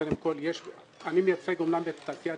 קודם כול אני מייצג אומנם את תעשיית